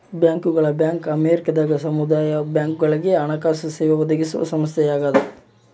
ಬ್ಯಾಂಕರ್ಗಳ ಬ್ಯಾಂಕ್ ಅಮೇರಿಕದಾಗ ಸಮುದಾಯ ಬ್ಯಾಂಕ್ಗಳುಗೆ ಹಣಕಾಸು ಸೇವೆ ಒದಗಿಸುವ ಸಂಸ್ಥೆಯಾಗದ